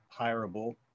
hireable